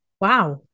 Wow